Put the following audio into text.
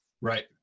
Right